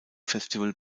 festival